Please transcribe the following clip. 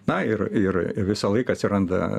na ir ir visą laiką atsiranda